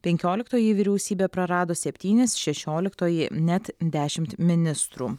penkioliktoji vyriausybė prarado septynis šešioliktoji net dešimt ministrų